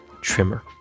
trimmer